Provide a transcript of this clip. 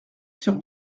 sur